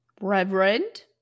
Reverend